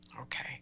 Okay